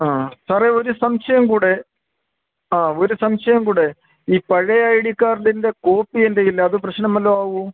ആ സാറെ ഒര് സംശയം കൂടെ ആ ഒര് സംശയം കൂടെ ഈ പഴയ ഐ ഡി കാർഡിൻ്റെ കോപ്പി എൻറ്റേ കയ്യിൽ ഇല്ല അത് പ്രശ്നം വല്ലതും ആകുമോ